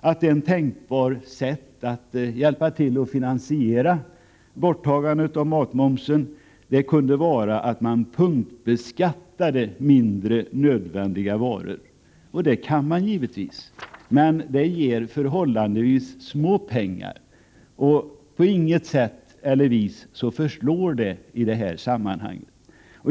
att ett tänkbart sätt att bidra till finansieringen av ett borttagande av matmomsen är att man punktbeskattar mindre nödvändiga varor. Det kan man givetvis göra. Men det ger förhållandevis små pengar. På inget vis förslår det i detta sammanhang.